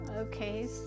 okay